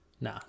Nah